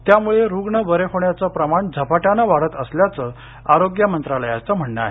त्यामुळे रुग्ण बरे होण्याचं प्रमाण झपाट्यानं वाढत असल्याचं आरोग्य मंत्रालयाचं म्हणणं आहे